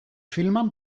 filman